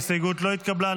ההסתייגות לא התקבלה.